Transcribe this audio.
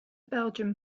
belgian